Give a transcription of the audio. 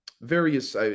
various